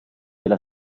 della